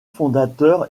fondateur